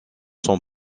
son